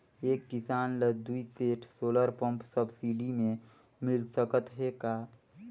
एक किसान ल दुई सेट सोलर पम्प सब्सिडी मे मिल सकत हे का?